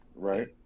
Right